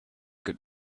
could